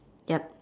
yup